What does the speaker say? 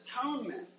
atonement